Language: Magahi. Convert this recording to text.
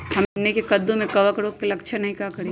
हमनी के कददु में कवक रोग के लक्षण हई का करी?